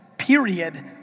period